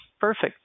Perfect